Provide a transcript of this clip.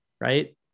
Right